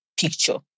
picture